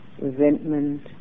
Resentment